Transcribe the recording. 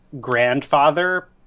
grandfather